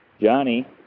Johnny